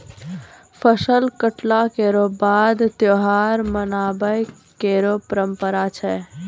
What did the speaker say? फसल कटला केरो बाद त्योहार मनाबय केरो परंपरा छै